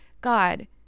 God